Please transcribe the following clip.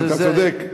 זה, אתה צודק.